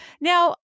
Now